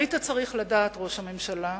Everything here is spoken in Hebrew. היית צריך לדעת, ראש הממשלה,